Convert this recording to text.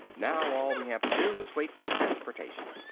now all we have to do is wait for transportation.